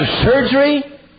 surgery